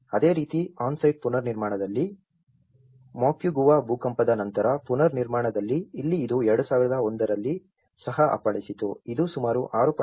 ಅದೇ ರೀತಿ on site ಪುನರ್ನಿರ್ಮಾಣದಲ್ಲಿ ಮೊಕ್ವೆಗುವಾದಲ್ಲಿ ಭೂಕಂಪದ ನಂತರದ ಪುನರ್ನಿರ್ಮಾಣದಲ್ಲಿ ಇಲ್ಲಿ ಇದು 2001 ರಲ್ಲಿ ಸಹ ಅಪ್ಪಳಿಸಿತು ಇದು ಸುಮಾರು 6